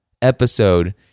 Episode